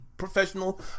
professional